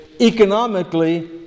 economically